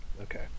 okay